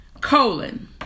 colon